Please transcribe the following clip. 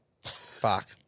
Fuck